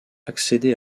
accéder